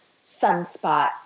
sunspot